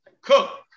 Cook